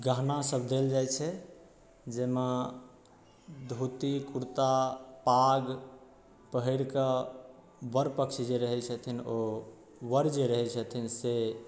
गहना सब देल जाइत छै जाहिमे धोती कुर्ता पाग पहिरकऽ वर पक्ष जे रहै छथिन ओ वर जे रहे छथिन से